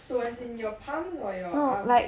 so as in your palms or your arms